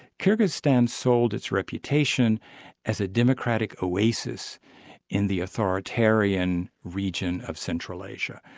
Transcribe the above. kyrgyzstan sold its reputation as a democratic oasis in the authoritarian region of central asia,